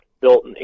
built